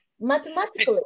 Mathematically